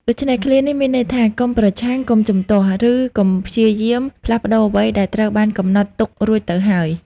ដូច្នេះ ឃ្លានេះមានន័យថា កុំប្រឆាំង កុំជំទាស់ ឬកុំព្យាយាមផ្លាស់ប្តូរអ្វីដែលត្រូវបានកំណត់ទុករួចទៅហើយ។